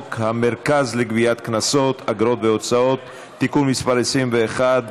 (הצבת יוצאי צבא בשירות בתי הסוהר) (תיקון מס' 8),